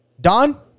Don